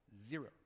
Zero